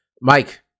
Mike